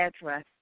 address